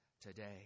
today